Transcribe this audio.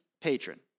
patron